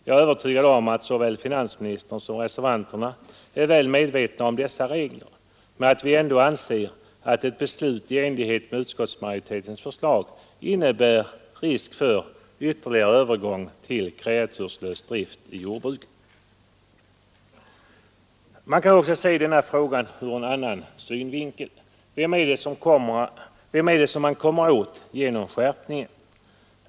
Jag är övertygad om att såväl finansministern som reservanterna är väl medvetna om dessa regler, men att vi ändå anser att ett beslut i enlighet med utskottsmajoritetens förslag innebär risk för ytterligare övergång till kreaturslös drift i jordbruk. Man kan också se denna fråga ur en annan synvinkel. Vem är det man kommer åt genom skärpningen?